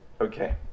okay